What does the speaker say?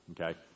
Okay